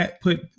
put